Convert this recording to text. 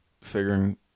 figuring